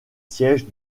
sièges